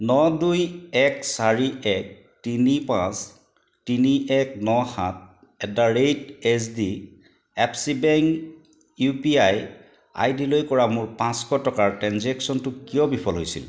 ন দুই এক চাৰি এক তিনি পাঁচ তিনি এক ন সাত at the rate H D F C bank U P I আইডিলৈ কৰা মোৰ পাঁচশ টকাৰ ট্ৰেঞ্জেক্শ্য়নটো কিয় বিফল হৈছিল